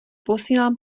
posílám